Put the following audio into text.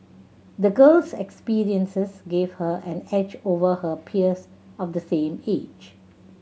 the girl's experiences gave her an edge over her peers of the same age